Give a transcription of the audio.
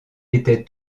étaient